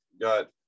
got